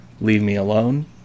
leave-me-alone